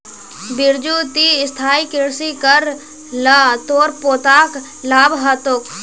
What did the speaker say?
बिरजू ती स्थायी कृषि कर ल तोर पोताक लाभ ह तोक